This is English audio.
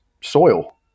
soil